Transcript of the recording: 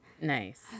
Nice